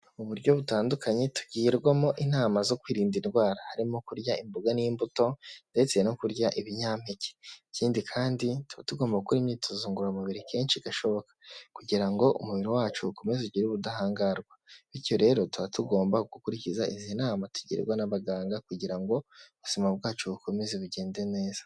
Mu buryo butandukanye tugirwamo inama zo kwirinda indwara harimo kurya imboga n'imbuto, ndetse no kurya ibinyampeke, ikindi kandi tuba tugomba gukora imyitozo ngororamubiri kenshi gashoboka kugira ngo umubiri wacu ukomeze ugire ubudahangarwa, bityo rero tuba tugomba gukurikiza izi nama tugirwa n'abaganga kugira ngo ubuzima bwacu bukomeze bugende neza.